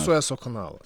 sueco kanalas